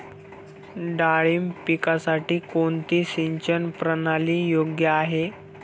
डाळिंब पिकासाठी कोणती सिंचन प्रणाली योग्य आहे?